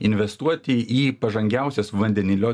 investuoti į pažangiausias vandenilio